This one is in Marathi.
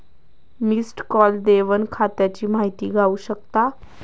मिस्ड कॉल देवन खात्याची माहिती गावू शकता